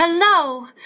Hello